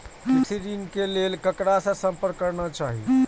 कृषि ऋण के लेल ककरा से संपर्क करना चाही?